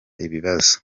ibibazo